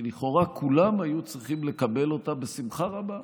שלכאורה כולם היו צריכים לקבל אותה בשמחה רבה,